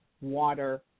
water